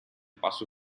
passo